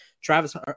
Travis